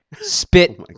spit